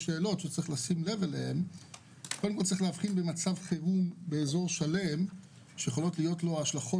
צריך להבחין בין מצב חירום באזור שלם שיש לו השלכות